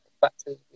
factors